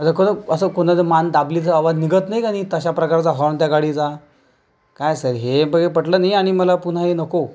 असं क अस कोणाला मान दाबली की आवाज निघत नाही की नी तशा प्रकारचा हॉन त्या गाडीचा काय सर हे बाकी पटलं नाही आणि मला पुन्हा हे नको